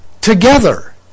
together